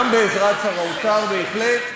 וגם בעזרת שר האוצר, בהחלט.